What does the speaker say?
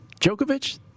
Djokovic